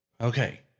okay